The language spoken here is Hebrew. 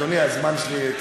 אדוני, הזמן שלי.